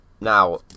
Now